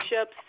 ships